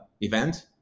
event